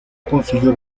consiguió